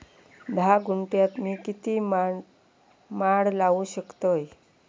धा गुंठयात मी किती माड लावू शकतय?